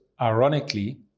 ironically